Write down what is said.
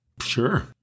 Sure